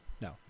No